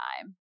time